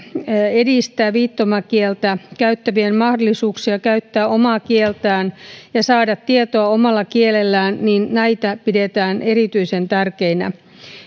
edistää viittomakieltä käyttävien mahdollisuuksia käyttää omaa kieltään ja saada tietoa omalla kielellään pidetään erityisen tärkeinä